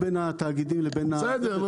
חומות סיניות בין התאגידים לבין --- בסדר.